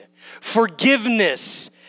Forgiveness